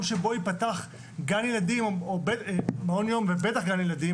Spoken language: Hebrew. שבו ייפתח גן ילדים או מעון יום ובטח גם ילדים,